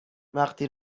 وقتی